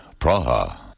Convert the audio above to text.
Praha